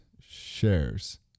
shares